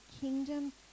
kingdom